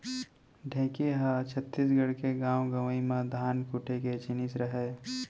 ढेंकी ह छत्तीसगढ़ के गॉंव गँवई म धान कूट के जिनिस रहय